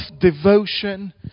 devotion